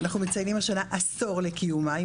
אנחנו ציינים השנה עשור לקיומה,